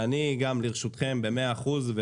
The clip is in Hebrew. ואני לרשותכם במאה אחוז,